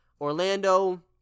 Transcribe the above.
Orlando